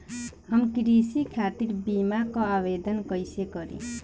हम कृषि खातिर बीमा क आवेदन कइसे करि?